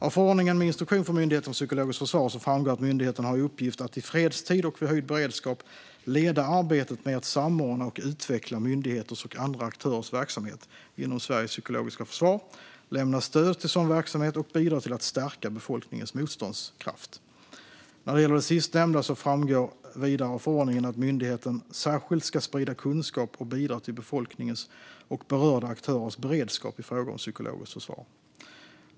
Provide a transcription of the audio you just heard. Av förordningen med instruktion för Myndigheten för psykologiskt försvar framgår att myndigheten har i uppgift att i fredstid och vid höjd beredskap leda arbetet med att samordna och utveckla myndigheters och andra aktörers verksamhet inom Sveriges psykologiska försvar, lämna stöd till sådan verksamhet och bidra till att stärka befolkningens motståndskraft. När det gäller det sistnämnda framgår vidare av förordningen att myndigheten särskilt ska sprida kunskap och bidra till befolkningens och berörda aktörers beredskap i fråga om psykologiskt försvar.